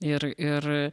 ir ir